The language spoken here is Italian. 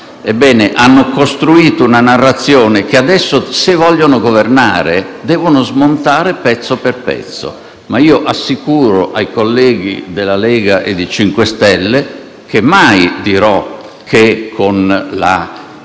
Ebbene, hanno costruito una narrazione che adesso, se vogliono governare, devono smontare pezzo per pezzo. Ma io assicuro ai colleghi della Lega e dei 5 Stelle che mai dirò che con la